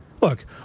Look